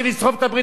מאה אחוז.